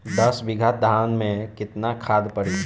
दस बिघा धान मे केतना खाद परी?